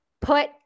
put